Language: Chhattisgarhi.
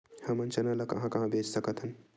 हमन चना ल कहां कहा बेच सकथन?